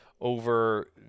over